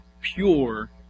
pure